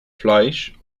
fleisch